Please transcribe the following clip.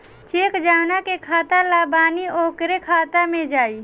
check जौना के खाता ला बनी ओकरे खाता मे जाई